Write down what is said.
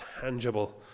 tangible